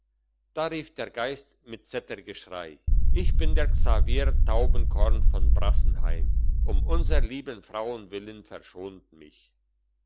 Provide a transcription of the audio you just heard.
da rief der geist mit zetergeschrei ich bin der xaveri taubenkorn von brassenheim um unsrer lieben frauen willen verschont mich